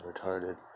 retarded